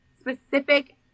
specific